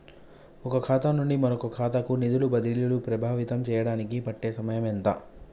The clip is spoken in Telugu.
ఒక ఖాతా నుండి మరొక ఖాతా కు నిధులు బదిలీలు ప్రభావితం చేయటానికి పట్టే సమయం ఎంత?